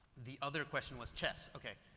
the other question was chess, okay.